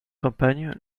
campagne